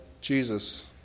Jesus